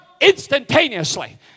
instantaneously